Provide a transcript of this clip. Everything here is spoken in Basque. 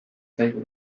zaigu